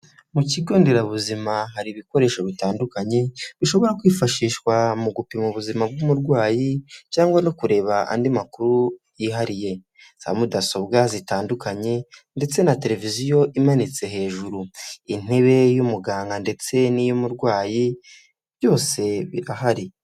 Mu kigonderabuzima hari ibikoresho bitandukanye bishobora kwifashishwa mu gupima ubuzima bw'umurwayi cyangwa no kureba andi makuru yihariye, za mudasobwa zitandukanye ndetse na televiziyo imanitse hejuru, intebe y'umuganga ndetse n'i ntebe y'umurwayi byose birahari.